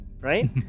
right